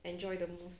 enjoy the most